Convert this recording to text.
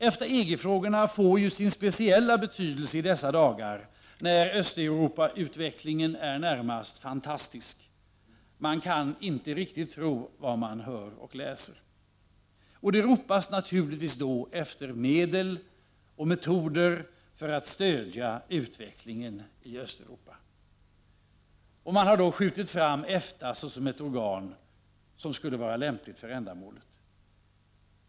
EFTA-EG frågorna får sin speciella betydelse i dessa dagar när Östeuropautvecklingen är närmast fantastisk. Man kan inte riktigt tro vad man hör och läser. Och det ropas då naturligtvis efter medel och metoder för att stödja utvecklingen i Östeuropa. Man har skjutit fram EFTA som ett organ som skulle vara lämpligt för ändamålet.